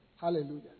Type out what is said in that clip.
Hallelujah